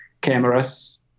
cameras